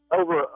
over